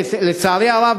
לצערי הרב,